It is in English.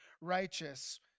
righteous